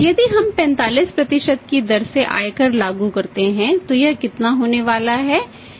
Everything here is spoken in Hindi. यदि हम 45 की दर सेआयकर लागू करते हैं तो यह कितना होने वाला है